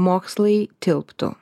mokslai tilptų